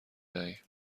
دهیم